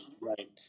Right